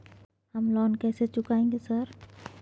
हम लोन कैसे चुकाएंगे सर?